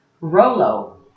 Rolo